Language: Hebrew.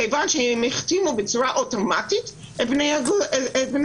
כיוון שהם החתימו בצורה אוטומטית את בני הזוג,